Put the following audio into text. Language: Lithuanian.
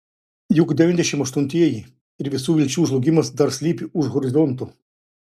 juk devyniasdešimt aštuntieji ir visų vilčių žlugimas dar slypi už horizonto